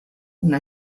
una